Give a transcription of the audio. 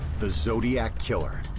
the zodiac killer.